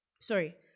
sorry